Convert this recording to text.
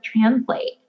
translate